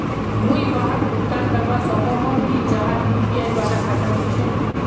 मुई वहाक भुगतान करवा सकोहो ही जहार यु.पी.आई वाला खाता नी छे?